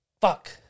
Fuck